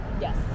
Yes